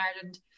Ireland